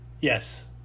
yes